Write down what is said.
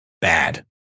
bad